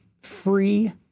free